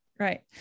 Right